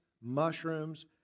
mushrooms